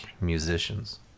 musicians